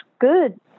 good